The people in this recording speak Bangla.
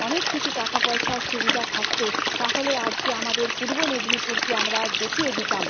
অনেক কিছু টাকা পয়সার সুবিধা থাকত তাহলে আজকে আমাদের পূর্ব মেদিনীপুরকে আমরা আজ দেখিয়ে দিতাম